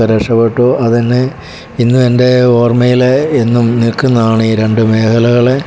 രക്ഷപ്പെട്ടു അതെന്നെ ഇന്ന് എൻ്റെ ഓർമ്മയിൽ ഇന്നും നിൽക്കുന്നതാണ് ഈ രണ്ട് മേഖലകൾ